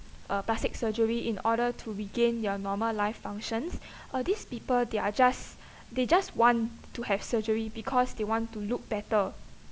uh plastic surgery in order to regain their normal life functions uh these people they're just they just want to have surgery because they want to look better